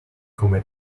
come